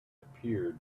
appeared